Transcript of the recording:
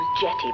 jetty